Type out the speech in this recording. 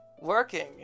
working